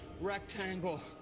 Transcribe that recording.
rectangle